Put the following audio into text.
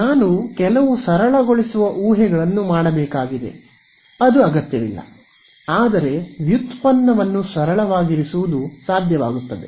ನಾನು ಕೆಲವು ಸರಳಗೊಳಿಸುವ ಊಹೆಗಳನ್ನು ಮಾಡಬೇಕಾಗಿದೆ ಅದು ಅಗತ್ಯವಿಲ್ಲ ಆದರೆ ವ್ಯುತ್ಪನ್ನವನ್ನು ಸರಳವಾಗಿರಿಸುವುದು ಸಾಧ್ಯವಾಗುತ್ತದೆ